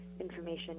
information